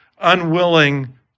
unwilling